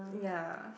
ya